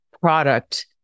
product